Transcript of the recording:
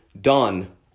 done